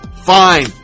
Fine